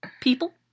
people